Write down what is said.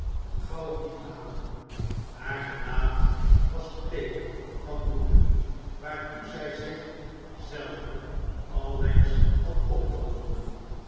gauwdief aan haar gelaat was bleek van woede waartoe zij zich zelve allengskens had opgewonden